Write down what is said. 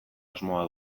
asmoa